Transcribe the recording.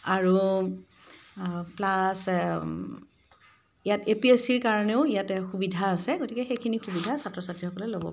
আৰু প্লাছ ইয়াত A P S চিৰ কাৰণেও ইয়াতে সুবিধা আছে গতিকে সেইখিনি সুবিধা ছাত্ৰ ছাত্ৰীসকলে ল'ব